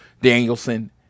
Danielson